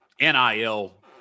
NIL